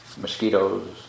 mosquitoes